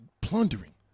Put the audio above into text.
plundering